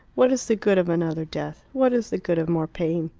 what is the good of another death? what is the good of more pain?